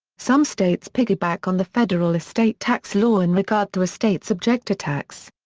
some states piggyback on the federal estate tax law in regard to estates subject to tax.